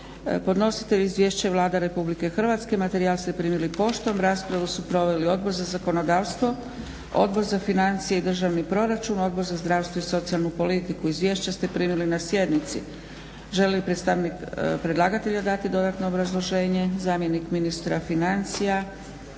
Podnositelj Izvješća je Vlada Republike Hrvatske. Materijal ste primili poštom. Raspravu su proveli Odbor za zakonodavstvo, Odbor za financije i državni proračun, Odbor za zdravstvo i socijalnu politiku. Izvješća ste primili na sjednici. Želi li predstavnik predlagatelja dati dodatno obrazloženje? Zamjenik ministra financija